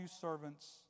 servants